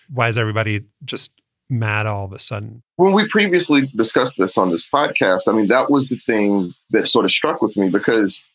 why is everybody just mad all of a sudden? well, we've previously discussed this on this broadcast. i mean, that was the thing that sort of struck with me because,